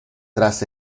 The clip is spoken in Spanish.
tras